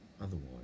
Otherwise